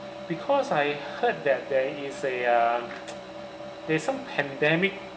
because I heard that there is a uh there is some pandemic